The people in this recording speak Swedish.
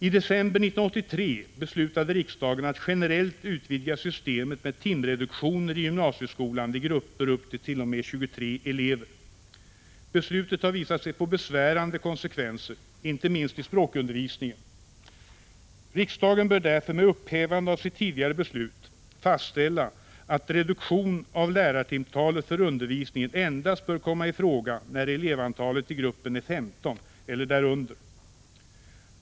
I december 1983 beslutade riksdagen att generellt utvidga systemet med timreduktioner i gymnasieskolan vid grupper upp t.o.m. 23 elever. Beslutet har visat sig få besvärande konsekvenser, inte minst i språkundervisningen. Riksdagen bör därför med upphävande av sitt tidigare beslut fastställa att reduktion av lärartimtalet för undervisningen endast bör komma i fråga när elevantalet i gruppen är 15 eller därunder.